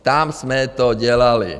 Tam jsme to dělali.